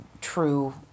true